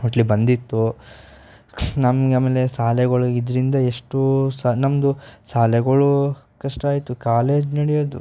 mostly ಬಂದಿತ್ತೋ ನಮ್ಗೆ ಆಮೇಲೆ ಶಾಲೆಗಳು ಇದರಿಂದ ಎಷ್ಟೂ ಸಹ ನಮ್ಮದು ಶಾಲೆಗಳೂ ಕಷ್ಟ ಆಯಿತು ಕಾಲೇಜ್ ನಡೆಯೋದು